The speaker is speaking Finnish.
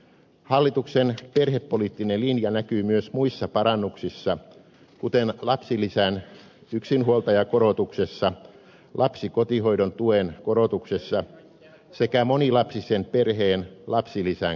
hallituksen perhepoliittinen linja näkyy myös muissa parannuksissa kuten lapsilisän yksinhuoltajakorotuksessa lapsikotihoidon tuen korotuksessa sekä monilapsisen perheen lapsilisän korotuksessa